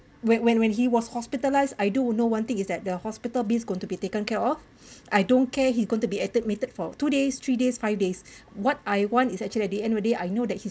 when when when he was hospitalised I do know one thing is that the hospital bills going to be taken care of I don't care he's going to be admitted for two days three days five days what I want is actually the end of the day I know that he's